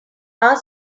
our